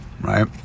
right